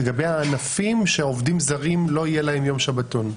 לגבי הענפים שעובדים זרים לא יהיה להם יום שבתון.